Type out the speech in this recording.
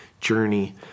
journey